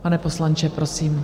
Pane poslanče, prosím.